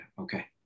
okay